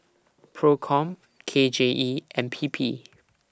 PROCOM K J E and P P